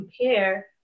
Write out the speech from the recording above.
compare